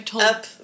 up